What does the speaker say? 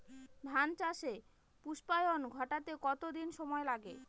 ধান চাষে পুস্পায়ন ঘটতে কতো দিন সময় লাগে?